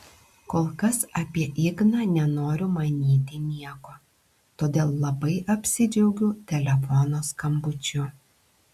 kol kas apie igną nenoriu manyti nieko todėl labai apsidžiaugiu telefono skambučiu